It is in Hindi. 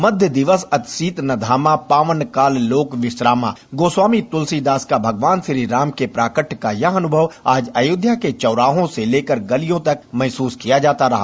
मध्य दिवस अति सीत न घामा पावन काल लोक बिश्रामा गोस्वामी तुलसीदास का भगवान श्रीराम के प्राकट्व का यह अनुभव आज अयोध्या के चौराहों से लेकर गलियों तक महसूस किया जाता रहा